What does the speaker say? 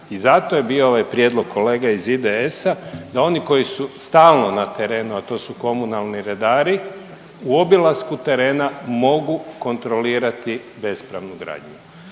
I zato je bio ovaj prijedlog kolege iz IDS-a da oni koji su stalno na terenu, a to su komunalni redari u obilasku terena mogu kontrolirati bespravnu gradnju.